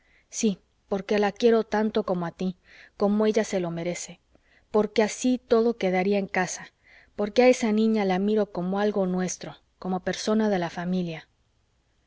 sí porque la quiero tanto como a tí como ella se lo merece porque así todo quedaría en casa porque a esa niña la miro como algo nuestro como persona de la familia